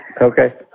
okay